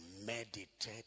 meditate